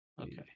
Okay